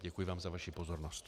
Děkuji vám za vaši pozornost.